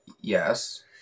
Yes